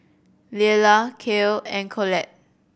Leala Cale and Colette